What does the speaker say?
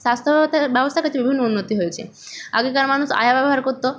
স্বাস্থ্য ব্যবস্থা ক্ষেত্রে বিভিন্ন উন্নতি হয়েছে আগেকার মানুষ আয়া ব্যবহার করত